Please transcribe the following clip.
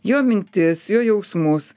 jo mintis jo jausmus